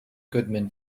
goodman